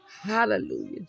Hallelujah